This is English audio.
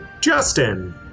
Justin